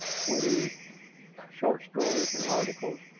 twenty short stories and articles.